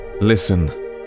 listen